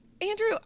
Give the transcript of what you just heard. Andrew